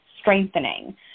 strengthening